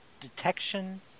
detection